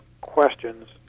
questions